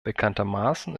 bekanntermaßen